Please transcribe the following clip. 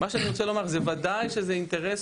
מה שאני רוצה לומר שזה וודאי שזה אינטרס,